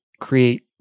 create